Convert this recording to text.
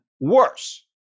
worse